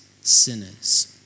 sinners